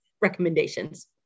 recommendations